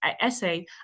essay